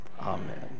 Amen